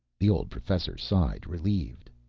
the old professor sighed, relieved.